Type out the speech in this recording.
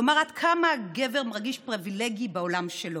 כלומר, עד כמה הגבר מרגיש פריבילג בעולם שלו,